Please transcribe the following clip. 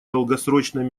долгосрочной